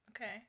okay